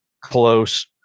close